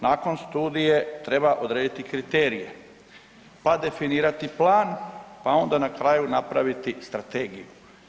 Nakon studije treba odrediti kriterije pa definirati plan, pa onda, na kraju, napraviti strategiju.